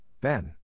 Ben